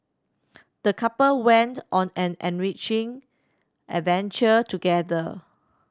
the couple went on an enriching adventure together